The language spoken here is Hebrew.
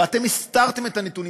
ואתם הסתרתם את הנתונים,